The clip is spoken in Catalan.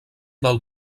del